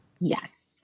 Yes